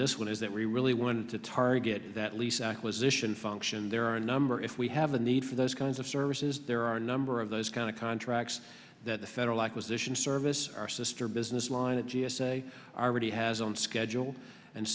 this one is that we really wanted to target that lease acquisition function there are a number if we have a need for those kinds of services there are a number of those kind of contracts that the federal acquisition service our sister business line of g s a already has on schedule and